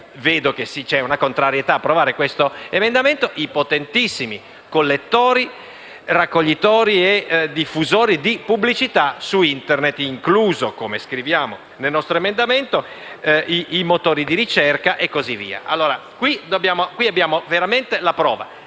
perché c'è la contrarietà ad approvare l'emendamento in esame - collettori, raccoglitori e diffusori di pubblicità su Internet, inclusi, come scriviamo nel nostro emendamento, i motori di ricerca e così via. Qui è veramente la prova: